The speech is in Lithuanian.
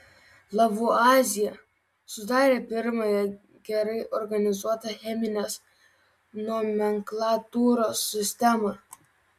lavuazjė sudarė pirmąją gerai organizuotą cheminės nomenklatūros sistemą